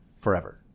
forever